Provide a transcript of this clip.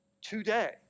today